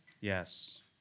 Yes